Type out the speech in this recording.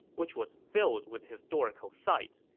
which was filled with historical sites,